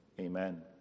Amen